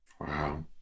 Wow